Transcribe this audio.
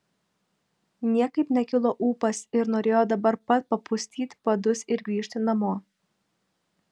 niekaip nekilo ūpas ir norėjo dabar pat papustyti padus ir grįžti namo